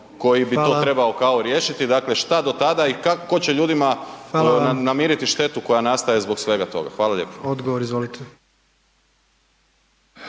koji bi to trebao kao riješiti? Dakle šta do tada i tko će ljudima namiriti štetu koja nastaje zbog svega toga? Hvala lijepa. **Jandroković,